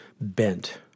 bent